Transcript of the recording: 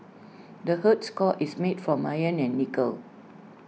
the Earth's core is made from iron and nickel